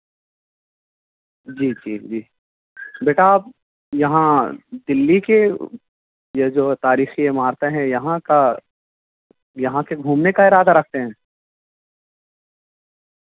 جی جی جی بیٹا آپ یہاں دلی کے یہ جو تاریخی عمارتیں ہیں یہاں کا یہاں کے گھومنے کا ارادہ رکھتے ہیں